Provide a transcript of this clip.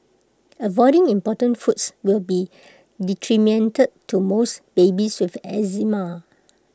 avoiding important foods will be detrimental to most babies with eczema